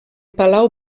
palau